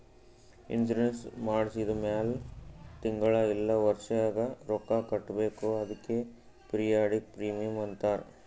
insurance ಮಾಡ್ಸಿದ ಮ್ಯಾಲ್ ತಿಂಗಳಾ ಇಲ್ಲ ವರ್ಷಿಗ ರೊಕ್ಕಾ ಕಟ್ಬೇಕ್ ಅದ್ಕೆ ಪಿರಿಯಾಡಿಕ್ ಪ್ರೀಮಿಯಂ ಅಂತಾರ್